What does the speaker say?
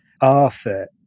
Arthur